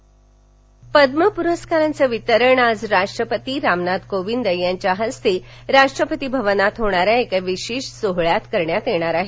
पुस परस्कार पद्म पुरस्कारांचं वितरण आज राष्ट्रपती रामनाथ कोविंद यांच्या हस्ते राष्ट्रपती भवनात होणाऱ्या एका विशेष सोहळ्यात करण्यात येणार आहे